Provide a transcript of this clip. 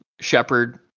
Shepard